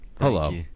Hello